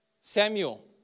Samuel